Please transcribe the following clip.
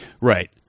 Right